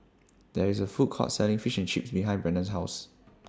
There IS A Food Court Selling Fish and Chips behind Brennan's House